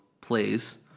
plays